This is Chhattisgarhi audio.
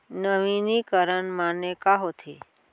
नवीनीकरण माने का होथे?